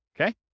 Okay